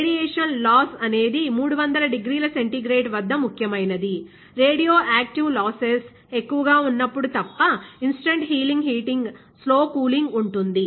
radiation లాస్అనేది 300 డిగ్రీల centigrade వద్ద ముఖ్యమైనది రేడియోయాక్టీవ్ లాసెస్ ఎక్కువగా ఉన్నప్పుడు తప్ప instant healing heating slow cooling ఉంటుంది